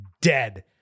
dead